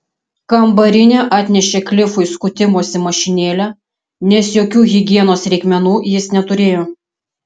kambarinė atnešė klifui skutimosi mašinėlę nes jokių higienos reikmenų jis neturėjo